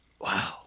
Wow